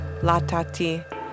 Latati